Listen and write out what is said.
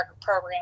program